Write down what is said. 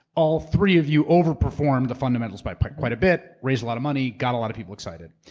all three of you over performed the fundamentals by quite a bit, raised a lot of money, got a lot of people excited.